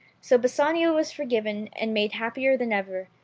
so bassanio was forgiven, and made happier than ever,